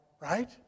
right